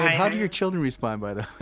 how do your children respond, by the